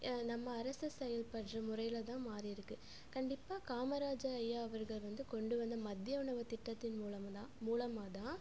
நம்ம அரசு செயல்படுகிற முறையில் தான் மாறிருக்கு கண்டிப்பாக காமராஜர் ஐயா அவர்கள் வந்து கொண்டு வந்த மத்திய உணவு திட்டத்தின் மூலமாக தான் மூலமாக தான்